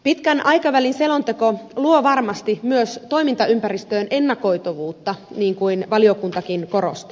pitkän aikavälin selonteko luo varmasti myös toimintaympäristöön ennakoitavuutta niin kuin valiokuntakin korosti